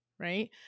Right